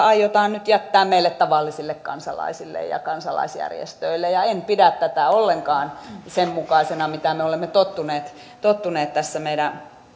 aiotaan nyt jättää meille tavallisille kansalaisille ja kansalaisjärjestöille en pidä tätä ollenkaan sen mukaisena kuin mitä me olemme tottuneet tottuneet meidän